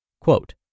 Quote